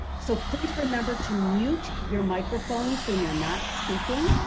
so, please remember to mute your microphones when you're not speaking.